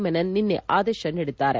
ಮೆನನ್ ನಿನ್ನೆ ಆದೇಶ ನೀಡಿದ್ದಾರೆ